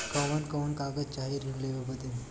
कवन कवन कागज चाही ऋण लेवे बदे?